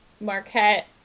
Marquette